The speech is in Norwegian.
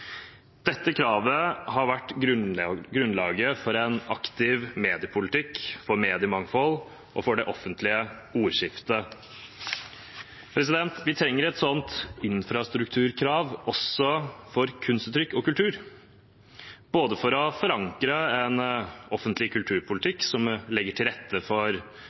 Dette kravet har vært grunnlaget for en aktiv mediepolitikk, for mediemangfold og for det offentlige ordskiftet. Vi trenger et slikt infrastrukturkrav også for kunstuttrykk og kultur – både for å forankre en offentlig kulturpolitikk som legger til rette for